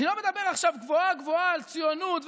אני לא מדבר עכשיו גבוהה-גבוהה על ציונות,